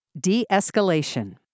De-escalation